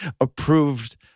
approved